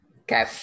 Okay